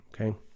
okay